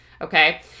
okay